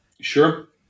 Sure